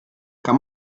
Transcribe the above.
kann